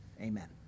amen